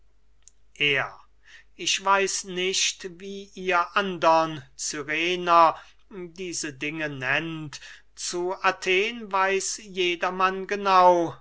er ich weiß nicht wie ihr andern cyrener diese dinge nehmt zu athen weiß jedermann genau